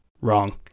wrong